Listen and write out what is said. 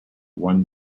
one